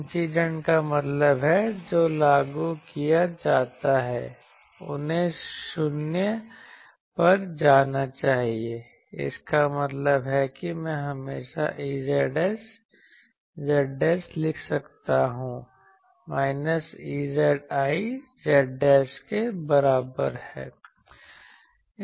incident का मतलब है जो लागू किया जाता है उन्हें शून्य पर जाना चाहिए इसका मतलब है कि मैं हमेशा Ezs z लिख सकता हूँ माइनस Ezi z के बराबर है